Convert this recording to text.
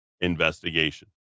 investigation